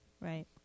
Right